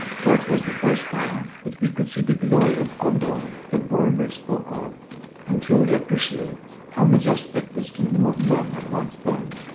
for it was the first time that we could see the glory of gondor that boromir spoke of and truly appreciate how majestic this kingdom of men had once been.